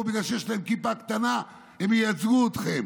ובגלל שיש להם כיפה קטנה הם ייצגו אתכם.